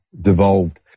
devolved